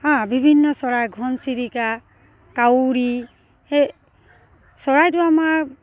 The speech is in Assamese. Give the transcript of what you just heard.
হাঁ বিভিন্ন চৰাই ঘনচিৰিকা কাউৰী সেই চৰাইটো আমাৰ